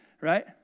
Right